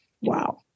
Wow